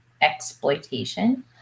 exploitation